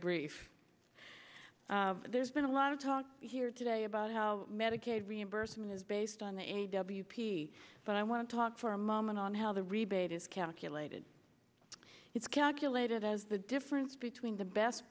brief there's been a lot of talk here today about how medicaid reimbursement is based on the a w p but i want to talk for a moment on how the rebate is calculated it's calculated as the difference between the best